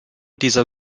dieser